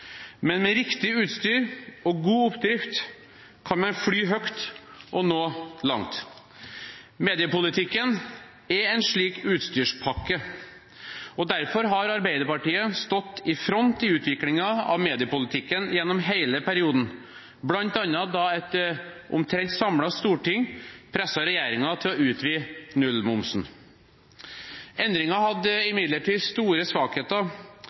men med riktig utstyr og god oppdrift kan man fly høyt og nå langt. Mediepolitikken er en slik utstyrspakke. Derfor har Arbeiderpartiet stått i front i utviklingen av mediepolitikken gjennom hele perioden, bl.a. da et omtrent samlet storting presset regjeringen til å utvide nullmomsen. Endringene hadde imidlertid store svakheter